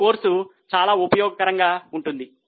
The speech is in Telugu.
ఈ కోర్సు చాలా ఉపయోగకరంగా ఉంటుంది